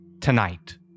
tonight